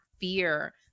fear